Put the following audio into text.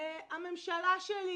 הממשלה שלי,